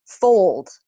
fold